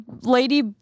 Lady